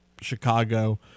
Chicago